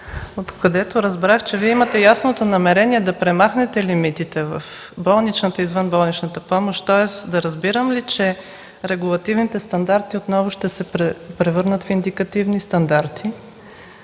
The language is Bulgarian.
откъдето разбрах, че Вие имате ясното намерение да премахнете лимитите в болничната и извънболничната помощ. Тоест, да разбирам ли, че регулативните стандарти отново ще се превърнат в индикативни стандарти?